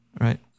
Right